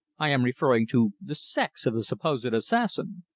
i am referring to the sex of the supposed assassin!